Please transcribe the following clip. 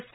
S